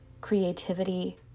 creativity